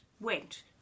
went